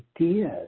ideas